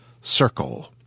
Circle